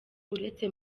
uretse